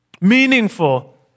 meaningful